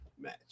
match